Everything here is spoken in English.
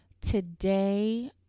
today